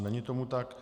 Není tomu tak.